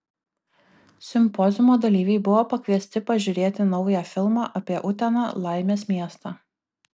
simpoziumo dalyviai buvo pakviesti pažiūrėti naują filmą apie uteną laimės miestą